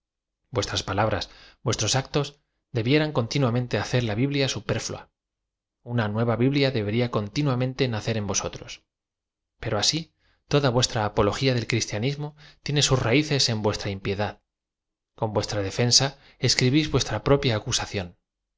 vuestras palabras vuestros actos debie ran con tíd u a m ea te hacer la biblia superflual ü o a nueva b ib lia deberla continuamente nacer eo vos otrosí pero asi toda vuestra apología del cristianismo tíeoe sus rafees en vuestra impiedad con vuestra de fensa escribís vuestra propia acusación